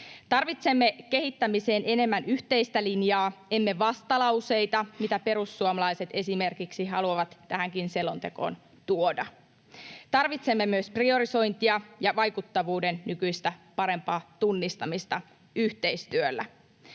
Tarvitsemme kehittämiseen enemmän yhteistä linjaa, emme vastalauseita, mitä perussuomalaiset esimerkiksi haluavat tähänkin selontekoon tuoda. Tarvitsemme myös priorisointia ja vaikuttavuuden nykyistä parempaa tunnistamista yhteistyöllä.